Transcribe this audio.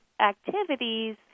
activities